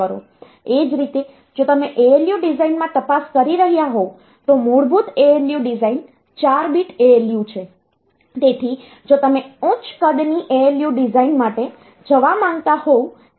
એ જ રીતે જો તમે ALU ડિઝાઇનમાં તપાસ કરી રહ્યાં હોવ તો મૂળભૂત ALU ડિઝાઇન 4 બીટ ALU છે તેથી જો તમે ઉચ્ચ કદની ALU ડિઝાઇન માટે જવા માંગતા હોવ